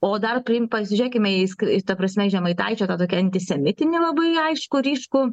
o dar prim pasižiūrėkime į ta prasme į žemaitaičio tą tokį antisemitinį labai aiškų ryškų